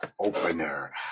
opener